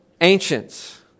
ancients